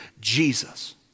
Jesus